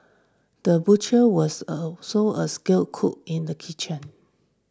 the butcher was also a skilled cook in the kitchen